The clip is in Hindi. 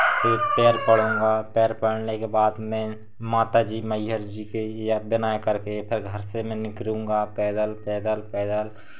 फिर पैर पड़ूँगा पैर पड़ने के बाद में माताजी मैहर जी के या विनय करके फिर घर से मैं निकलूँगा पैदल पैदल पैदल